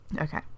okay